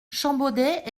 champbaudet